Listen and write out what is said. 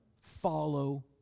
follow